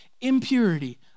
impurity